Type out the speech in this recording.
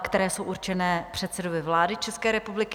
které jsou určené předsedovi vlády České republiky.